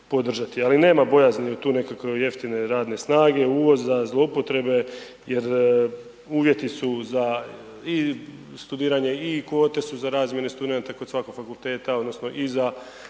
Ali nema bojazni od tu nekakve jeftine radne snage, uvoza, zloupotrebe jer uvjeti su za i studiranje i kvote su za razmjene studenata kod svakog fakulteta odnosno i za